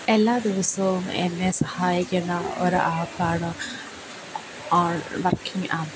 എല്ലാ ദിവസവും എന്നെ സഹായിക്കുന്ന ഒരു ആപ്പ് ആണ് വർക്കിങ് ആപ്പ്